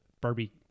Barbie